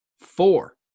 four